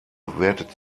werdet